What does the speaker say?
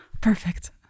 Perfect